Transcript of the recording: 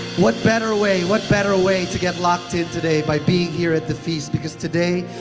what better way, what better way to get locked in today by being here at the feast? because today,